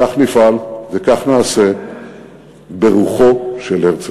כך נפעל וכך נעשה ברוחו של הרצל.